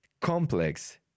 complex